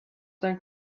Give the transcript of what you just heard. that